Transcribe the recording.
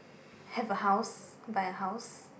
have a house buy a house